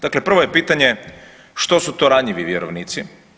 Dakle, prvo je pitanje što su to ranjivi vjerovnici.